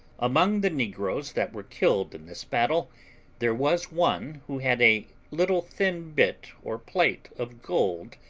among the negroes that were killed in this battle there was one who had a little thin bit or plate of gold,